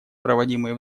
проводимые